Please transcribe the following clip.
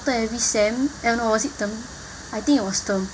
every sem uh no or is it term I think it was term